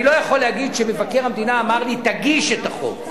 אני לא יכול לומר שמבקר המדינה אמר לי: תגיש את החוק,